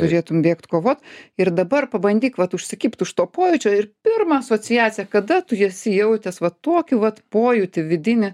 turėtum bėgt kovot ir dabar pabandyk vat užsikibt už to pojūčio ir pirmą asociaciją kada tu esi jautęs va tokį vat pojūtį vidinį